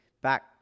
back